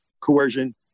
coercion